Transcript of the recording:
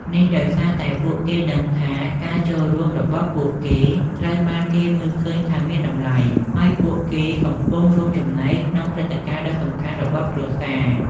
នេះដោយសារតែពួកគេដឹងថា ការចូលរួមរបស់ពួកគេត្រូវបានគេមើលឃើញថាមានតម្លៃ ហើយពួកគេកំពុងរួមចំណែកក្នុងព្រឹត្តិការណ៍ដ៏សំខាន់របស់គ្រួសារ។